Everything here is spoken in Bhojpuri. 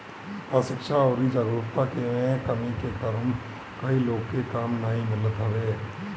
अशिक्षा अउरी जागरूकता में कमी के कारण कई लोग के काम नाइ मिलत हवे